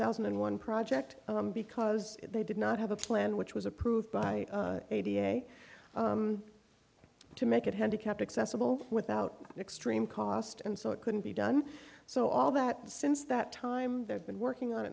thousand and one project because they did not have a plan which was approved by a da to make it handicapped accessible without extreme cost and so it couldn't be done so all that since that time they've been working on